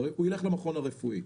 הוא ילך למכון הרפואי.